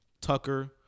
Tucker